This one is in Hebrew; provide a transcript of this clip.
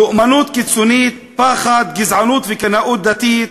לאומנות קיצונית, פחד, גזענות וקנאות דתית,